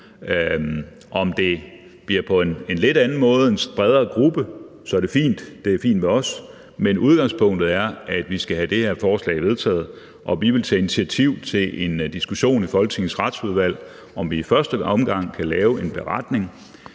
Om det bliver på en lidt anden måde i en bredere gruppe, er fint – det er fint med os – men udgangspunktet er, at vi skal have det her forslag vedtaget. Vi vil tage initiativ til en diskussion i Folketingets Retsudvalg, om vi i første omgang kan lave en beretning,